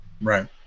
right